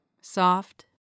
soft